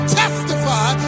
testify